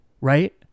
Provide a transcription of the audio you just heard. right